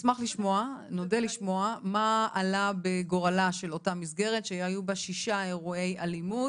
נודה לשמוע מה עלה בגורלה של אותה מסגרת שהיו בה שישה אירועי אלימות,